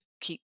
keep